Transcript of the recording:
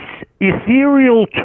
ethereal